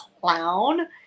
clown